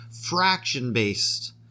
fraction-based